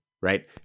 right